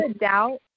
doubt